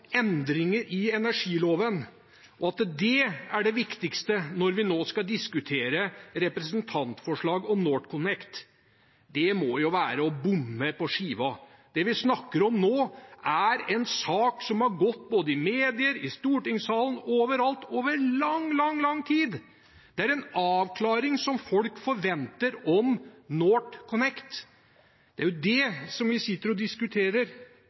endringer i energiloven er det viktigste når vi nå skal diskutere et representantforslag om NorthConnect. Det må jo være å bomme på skiva. Det vi snakker om nå, er en sak som har gått i medier, i stortingssalen – ja, overalt – over lang, lang, lang tid. Det er en avklaring folk forventer om NorthConnect. Det er det vi sitter og diskuterer